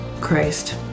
Christ